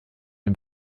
dem